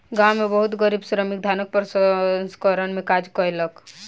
गाम में बहुत गरीब श्रमिक धानक प्रसंस्करण में काज कयलक